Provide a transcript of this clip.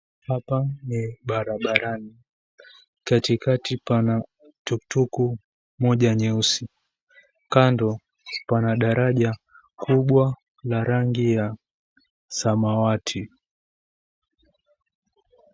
Hapa ni barabarani katikati pana tukutuku moja nyeusi. Kando pana daraja kubwa la rangi ya samawati.